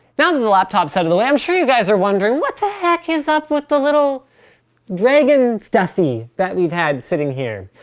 now that the laptop is out of the way i'm sure you guys are wondering what the heck is up with the little dragon stuffie that we've had sitting here.